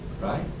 right